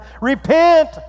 Repent